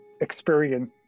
experience